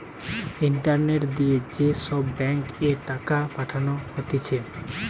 internet দিয়ে যে সব ব্যাঙ্ক এ টাকা পাঠানো হতিছে